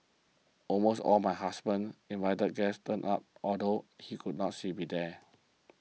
almost all my husband's invited guests turned up although she could not say be there